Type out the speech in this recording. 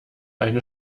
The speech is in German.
eine